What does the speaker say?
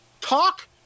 Talk